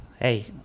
Hey